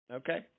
okay